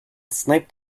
sniped